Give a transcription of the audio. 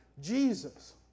Jesus